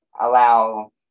allow